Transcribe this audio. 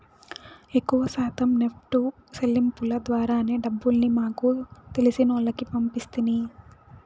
ఎక్కవ శాతం నెప్టు సెల్లింపుల ద్వారానే డబ్బుల్ని మాకు తెలిసినోల్లకి పంపిస్తిని